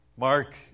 Mark